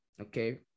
okay